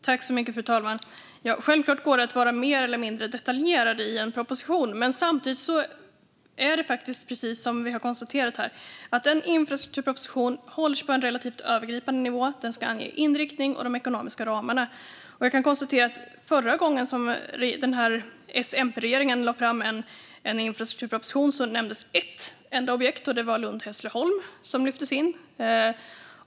Fru talman! Självklart går det att vara mer eller mindre detaljerad i en proposition. Men samtidigt är det, precis som vi har konstaterat här, så att en infrastrukturproposition hålls på en relativt övergripande nivå. Den ska ange inriktning och de ekonomiska ramarna. Förra gången den här S-MP-regeringen lade fram en infrastrukturproposition nämndes ett enda objekt; det var Lund-Hässleholm som lyftes in.